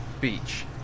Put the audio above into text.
beach